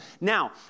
Now